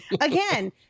Again